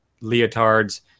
leotards